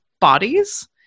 bodies